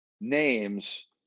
names